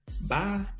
bye